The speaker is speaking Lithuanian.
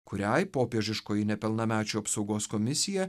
kuriai popiežiškoji nepilnamečių apsaugos komisija